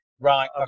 Right